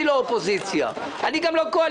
אני לא אופוזיציה, אני גם לא קואליציה.